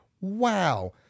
wow